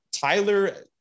Tyler